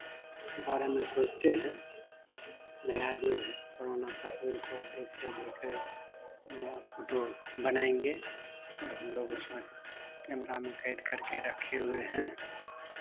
बारे में सोचते हैं नया युग है पुराना तस्वीर को देख से अधिक नया फोटो बनाएंगे और हम लोग उसमें कैमरा में कैद करके रखे हुए हैं